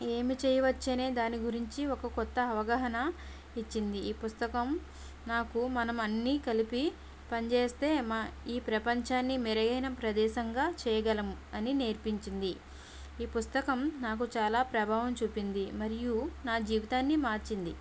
ఏమి చేయవచ్చనే దాని గురించి ఒక కొత్త అవగాహన ఇచ్చింది ఈ పుస్తకం నాకు మనం అన్ని కలిపి పనిచేస్తే మ ఈ ప్రపంచాన్ని మెరుగైన ప్రదేశంగా చేయగలం అని నేర్పించింది ఈ పుస్తకం నాకు చాలా ప్రభావం చూపింది మరియు నా జీవితాన్ని మార్చింది